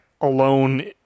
alone